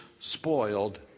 spoiled